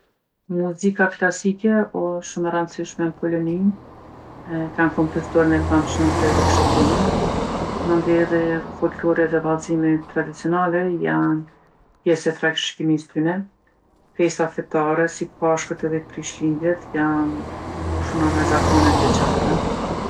Muzika klasike osht shumë e randsishme n'Poloni. E kanë kompozitorin e famshëm Fredrik Shopenin. Mandej edhe folklori edhe vallzimet tradicionale janë pjesë e trashigimisë tyne. Festat fetare si pashkët edhe krishtlindjet janë t'mbushuna me zakone t'veçanta.